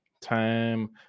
time